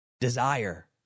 desire